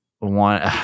want